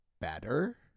better